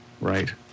right